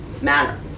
manner